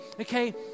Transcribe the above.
okay